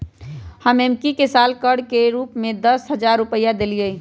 हम एम्की के साल कर के रूप में दस हज़ार रुपइया देलियइ